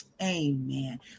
Amen